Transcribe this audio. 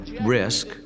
risk